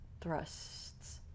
thrusts